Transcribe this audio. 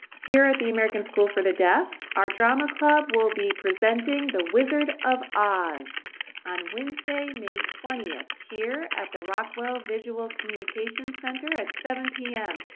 here at the american school for the deaf. our drama club will be presenting the wizard of oz on wednesday may twentieth here at the rockwell visual communication center at seven zero p m.